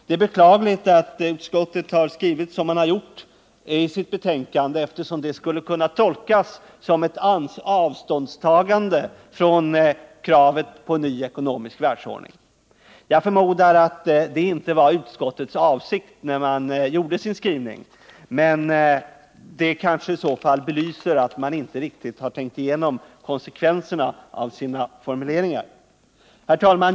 Det är beklagligt att man har skrivit så som man gjort i utskottsbetänkandet, eftersom det skulle kunna tolkas som ett avståndstagande från kravet på en ny ekonomisk världsordning. Jag förmodar att det inte var utskottets avsikt när skrivningen gjordes. Detta kanske i så fall belyser att man inte riktigt hade tänkt igenom konsekvenserna av sin formulering. Herr talman!